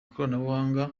ikoranabuhanga